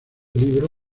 libro